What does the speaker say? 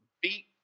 beat